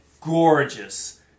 gorgeous